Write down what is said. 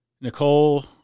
Nicole